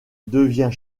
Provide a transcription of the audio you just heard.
devient